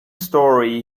story